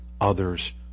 others